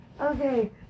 Okay